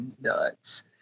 nuts